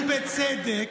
ובצדק,